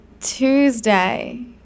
Tuesday